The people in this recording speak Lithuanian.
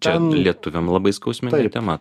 čia lietuviam labai skausminga tema